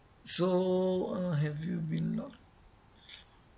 so uh have you been lock looked down